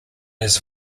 his